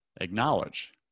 Acknowledge